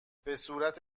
بهصورت